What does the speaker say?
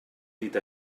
dit